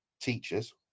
teachers